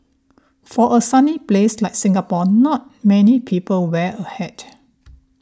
for a sunny place like Singapore not many people wear a hat